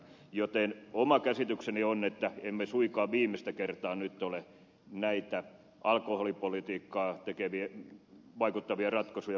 joten oma käsitykseni on että emme suinkaan viimeistä kertaa nyt ole näitä alkoholipolitiikkaan vaikuttavia ratkaisuja verotuksellisesti tekemässä